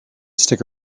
stick